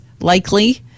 likely